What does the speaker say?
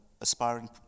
aspiring